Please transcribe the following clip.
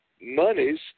monies